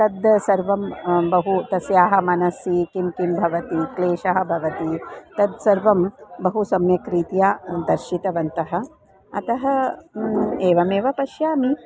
तद् सर्वं बहु तस्याः मनसि किं किं भवति क्लेशः भवति तद्सर्वं बहु सम्यक् रीत्या दर्शितवन्तः अतः एवमेव पश्यामि